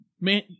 man